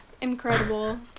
incredible